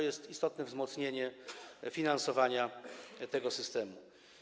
Jest to istotne wzmocnienie finansowania tego systemu.